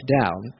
down